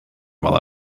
while